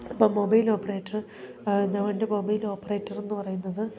ഇപ്പോൾ mobile operator അവനവൻ്റെ mobile ഓപ്പറേറ്ററെന്നു പറയുന്നത്